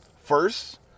First